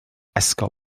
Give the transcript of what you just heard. esgob